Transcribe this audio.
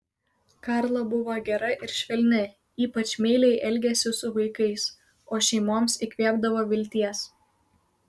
karla buvo gera ir švelni ypač meiliai elgėsi su vaikais o šeimoms įkvėpdavo vilties